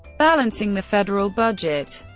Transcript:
balancing the federal budget